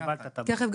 תיכף.